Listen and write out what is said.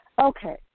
Okay